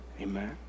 Amen